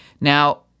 Now